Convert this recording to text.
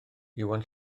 iwan